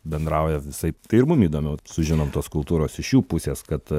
bendrauja visaip tai ir mum įdomiau sužinom tos kultūros iš jų pusės kad